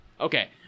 Okay